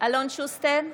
אלון שוסטר,